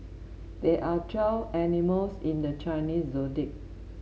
there are twelve animals in the Chinese Zodiac